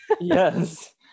yes